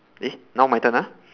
eh now my turn ah